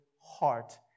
heart